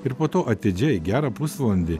ir po to atidžiai gerą pusvalandį